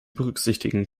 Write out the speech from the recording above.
berücksichtigen